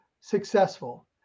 successful